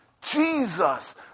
Jesus